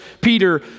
Peter